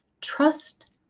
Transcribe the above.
Trust